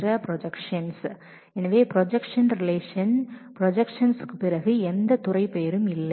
எனவே ப்ரொஜக்ட் செய்யப்பட்ட projections relation பிறகு எந்த துறை பெயரும் இல்லை